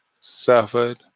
suffered